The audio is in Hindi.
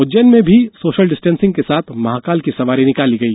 उज्जैन में भी सोशल डिस्टेन्सिंग के साथ महाकाल की सवारी निकाली गई